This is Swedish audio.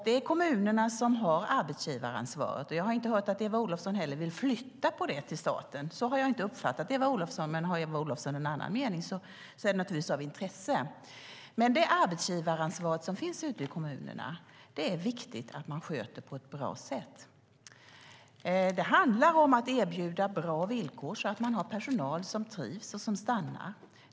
Det är kommunerna som har arbetsgivaransvaret, och jag har inte hört att Eva Olofsson vill flytta det till staten. Så har jag inte uppfattat henne, men har hon en annan mening är den naturligtvis av intresse. Arbetsgivaransvaret som finns ute i kommunerna är det viktigt att man sköter på ett bra sätt. Det handlar om att erbjuda bra villkor så att man har personal som trivs och som stannar.